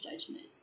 judgment